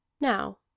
Now